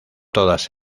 todas